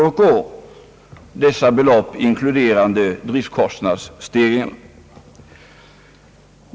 och år; dessa belopp inkluderande driftkostnadsstegringen.